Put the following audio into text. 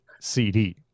cd